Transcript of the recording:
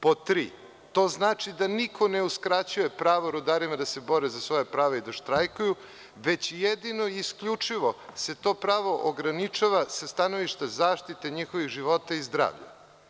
Pod tri – to znači da niko ne uskraćuje pravo rudarima da se bore za svoja prava i da štrajkuju, već jedino i isključivo se to pravo ograničava sa stanovišta zaštite njihovih života i zdravlja.